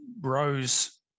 rose